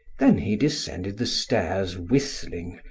then he descended the stairs whistling,